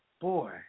boy